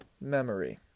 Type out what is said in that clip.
memory